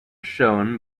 shown